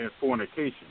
fornication